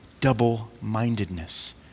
double-mindedness